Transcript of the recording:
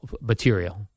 material